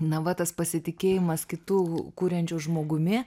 na va tas pasitikėjimas kitu kuriančiu žmogumi